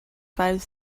five